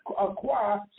acquire